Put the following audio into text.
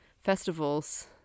festivals